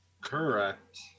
Correct